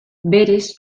berez